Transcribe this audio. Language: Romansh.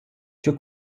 cha